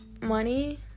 money